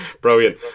Brilliant